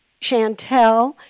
Chantel